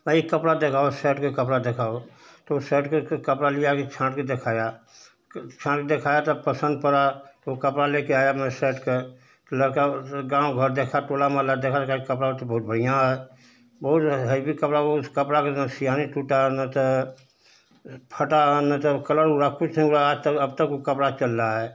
भाई कपड़ा दिखाओ शर्ट का कपड़ा दिखाओ तो शर्ट का कपड़ा लिया कि छाँटकर दिखाया छाँटकर दिखाया तो पसन्द पड़ा तो कपड़ा लेकर आया मैं शर्ट के लड़का गाँव घर देखा टोला मोहल्ला देखा तो कहा कि कपड़ा तो बहुत बढ़ियाँ है बहुत हेवी कपड़ा बहुत कपड़ा के जब सिलाने के टूटा ना तो फटा न तो कलर उड़ा कुछ हुआ तो अब तक वह कपड़ा चल रहा है